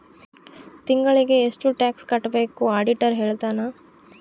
ತಿಂಗಳಿಗೆ ಎಷ್ಟ್ ಟ್ಯಾಕ್ಸ್ ಕಟ್ಬೇಕು ಆಡಿಟರ್ ಹೇಳ್ತನ